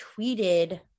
tweeted